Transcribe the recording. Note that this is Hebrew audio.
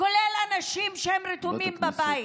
כולל אנשים שרתוקים לבית.